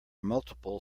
multiple